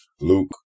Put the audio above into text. Luke